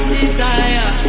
desire